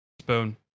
Spoon